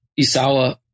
Isawa